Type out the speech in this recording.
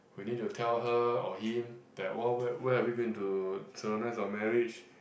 we need to tell her or him that what where where are we going to solemnise our marriage